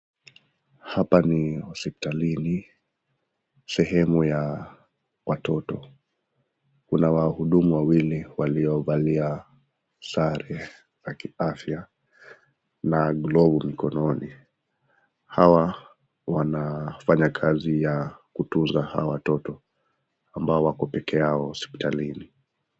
Hapa ni hospitalini, sehemu ya watoto. Kuna wahudumu wawili waliovalia sare ya kiafya na glovu mkononi. Hawa wanafanya kazi ya kutunza hawa watoto ambao wako pekeyao hospitalini.